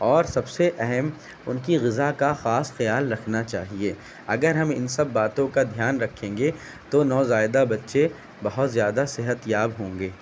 اور سب سے اہم ان کی غذا کا خاص خیال رکھنا چاہیے اگر ہم ان سب باتوں کا دھیان رکھیں گے تو نوزائیدہ بچے بہت زیادہ صحت یاب ہوں گے